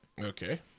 Okay